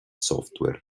software